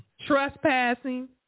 trespassing